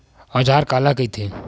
औजार काला कइथे?